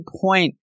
point